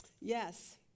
Yes